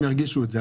שהם ירגישו את זה,